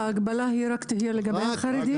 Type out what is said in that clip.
ההגבלה תהיה רק לחרדים?